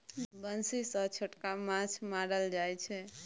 बंसी सँ छोटका माछ मारल जाइ छै